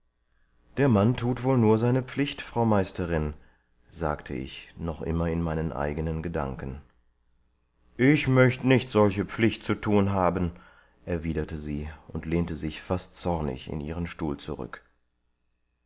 der mann tut wohl nur seine pflicht frau meisterin sagte ich noch immer in meinen eigenen gedanken ich möcht nicht solche pflicht zu tun haben erwiderte sie und lehnte sich fast zornig in ihren stuhl zurück